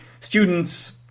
Students